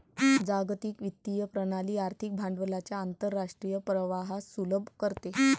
जागतिक वित्तीय प्रणाली आर्थिक भांडवलाच्या आंतरराष्ट्रीय प्रवाहास सुलभ करते